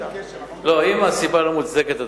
אם הסיבה לא מוצדקת,